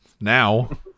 now